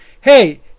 Hey